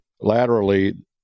laterally